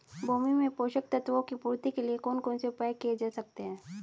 भूमि में पोषक तत्वों की पूर्ति के लिए कौन कौन से उपाय किए जा सकते हैं?